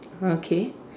ah K